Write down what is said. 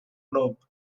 globe